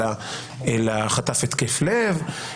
אלא חטף התקף לב,